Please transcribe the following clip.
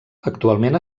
actualment